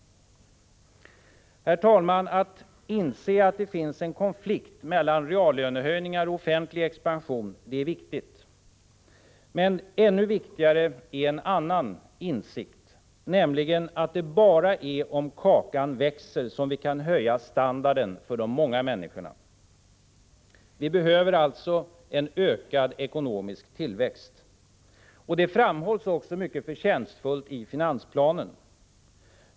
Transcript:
Herr talman! Att inse att det finns en konflikt mellan reallönehöjningar och offentlig expansion är viktigt. Men ännu viktigare är en annan insikt, nämligen att det bara är om kakan växer som vi kan höja standarden för de många människorna. Vi behöver alltså en ökad ekonomisk tillväxt. Det framhålls också mycket förtjänstfullt i finansplanen.